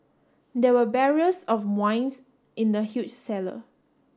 there were barriers of wines in the huge cellar